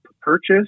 purchase